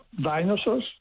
dinosaurs